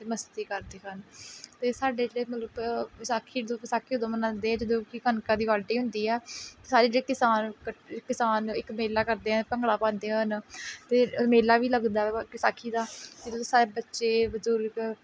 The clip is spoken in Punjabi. ਅਤੇ ਮਸਤੀ ਕਰਦੇ ਹਨ ਅਤੇ ਸਾਡੇ ਜਿਹੜੇ ਮਤਲਬ ਵਿਸਾਖੀ ਜਦੋਂ ਵਿਸਾਖੀ ਉਦੋਂ ਮਨਾਉਂਦੇ ਜਦੋਂ ਕਿ ਕਣਕਾਂ ਦੀ ਵਾਢੀ ਹੁੰਦੀ ਆ ਸਾਰੇ ਜਿਹੜੇ ਕਿਸਾਨ ਕੱਠ ਕਿਸਾਨ ਇੱਕ ਮੇਲਾ ਕਰਦੇ ਆ ਭੰਗੜਾ ਪਾਉਂਦੇ ਹਨ ਅਤੇ ਮੇਲਾ ਵੀ ਲੱਗਦਾ ਵਾ ਵਿਸਾਖੀ ਦਾ ਜਿਹਦੇ 'ਚ ਸਾਰੇ ਬੱਚੇ ਬਜ਼ੁਰਗ